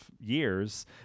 years